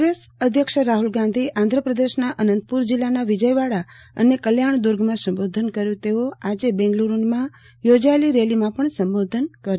કોગ્રેસ અધ્યક્ષ રાફુલ ગાંધી આંધ્રપ્રદેશના અનંતપુર જિલ્લાના વિજયવાડા અને કલ્યાણદુર્ગમાં સંબોધન કરશે તેઓ આજે બેંગાલુરૂમાં યોજાયેલી રેલીમાં સંબોધન કરશે